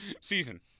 season